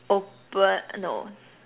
open no